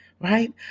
right